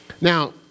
Now